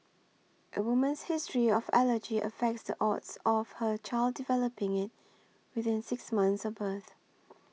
a woman's history of allergy affects the odds of her child developing it within six months of birth